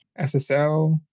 SSL